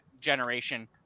generation